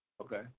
Okay